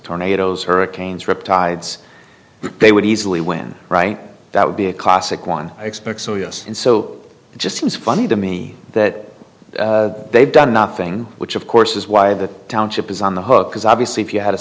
tornadoes hurricanes rip tides they would easily win right that would be a caustic one expects so yes and so it just seems funny to me that they've done nothing which of course is why the township is on the hook because obviously if you had a